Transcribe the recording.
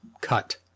cut